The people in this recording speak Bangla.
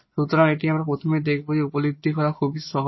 সুতরাং এটি আমরা প্রথমেই দেখব যা উপলব্ধি করা খুবই সহজ